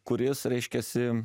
kuris reiškiasi